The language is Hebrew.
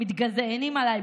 מתגזענים עליי,